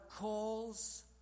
calls